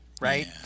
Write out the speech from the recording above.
right